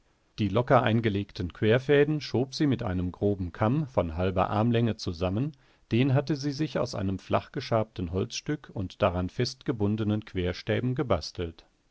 die locker eingelegten querfäden schob sie mit einem groben kamm von halber armlänge zusammen den hatte sie sich aus einem flachgeschabten holzstück und daran festgebundenen querstäben gebastelt